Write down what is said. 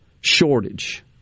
shortage